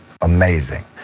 Amazing